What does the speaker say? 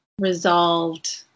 resolved